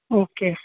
okay